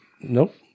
Nope